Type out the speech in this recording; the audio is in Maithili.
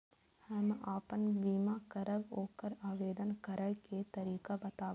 हम आपन बीमा करब ओकर आवेदन करै के तरीका बताबु?